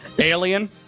Alien